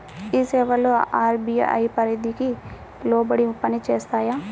ఈ సేవలు అర్.బీ.ఐ పరిధికి లోబడి పని చేస్తాయా?